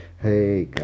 hey